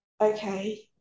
okay